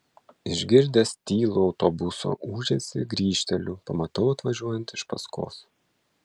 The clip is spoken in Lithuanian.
išgirdęs tylų autobuso ūžesį grįžteliu pamatau atvažiuojant iš paskos